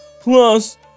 Plus